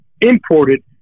imported